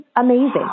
amazing